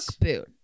boot